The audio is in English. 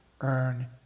earn